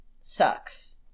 sucks